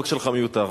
החוק שלך מיותר.